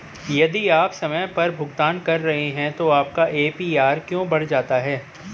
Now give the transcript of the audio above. यदि आप समय पर भुगतान कर रहे हैं तो आपका ए.पी.आर क्यों बढ़ जाता है?